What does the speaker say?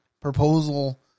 Proposal